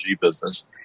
business